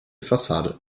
fassade